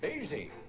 Easy